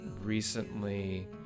recently